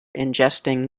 ingesting